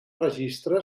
registre